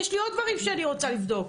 יש לי עוד דברים שאני רוצה לבדוק.